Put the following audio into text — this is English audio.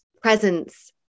Presence